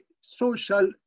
social